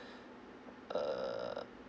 err